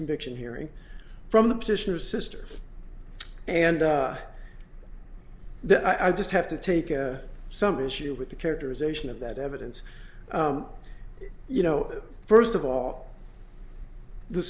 conviction hearing from the petitioner sisters and then i just have to take some issue with the characterization of that evidence you know first of all the